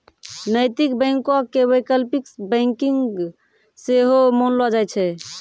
नैतिक बैंको के वैकल्पिक बैंकिंग सेहो मानलो जाय छै